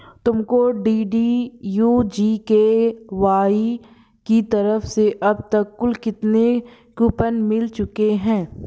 तुमको DDU GKY की तरफ से अब तक कुल कितने कूपन मिल चुके हैं?